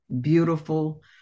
Beautiful